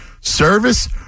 service